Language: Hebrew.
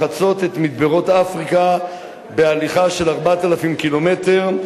לחצות את מדברות אפריקה בהליכה של 4,000 קילומטר,